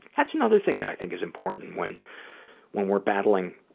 that's another thing that i think is important when when we're battling